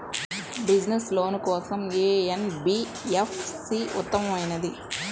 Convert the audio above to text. Business loan కోసం ఏ NBFC ఉత్తమమైనది?